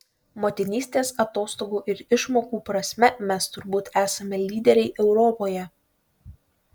motinystės atostogų ir išmokų prasme mes turbūt esame lyderiai europoje